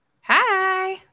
Hi